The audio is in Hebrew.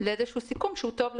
לאיזה סיכום שהוא טוב לצדדים.